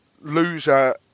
loser